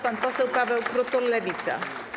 Pan poseł Paweł Krutul, Lewica.